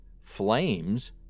flames